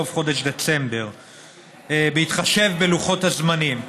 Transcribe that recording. סוך חודש דצמבר 2017. בהתחשב בלוחות הזמנים,